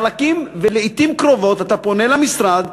ולעתים קרובות אתה פונה למשרד,